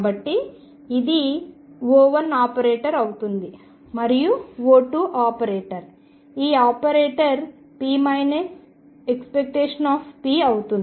కాబట్టి ఇది O1 అవుతుంది మరియు O2 ఈ ఆపరేటర్ p ⟨p⟩ అవుతుంది